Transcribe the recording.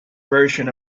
version